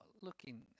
looking